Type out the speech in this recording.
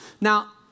Now